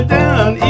down